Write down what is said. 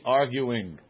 arguing